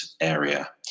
area